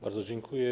Bardzo dziękuję.